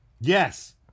Yes